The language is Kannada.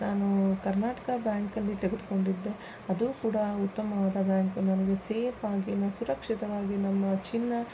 ನಾನು ಕರ್ನಾಟಕ ಬ್ಯಾಂಕಲ್ಲಿ ತೆಗೆದುಕೊಂಡಿದ್ದೆ ಅದು ಕೂಡ ಉತ್ತಮವಾದ ಬ್ಯಾಂಕ್ ನನಗೆ ಸೇಫಾಗಿ ಸುರಕ್ಷಿತವಾಗಿ ನಮ್ಮ ಚಿನ್ನ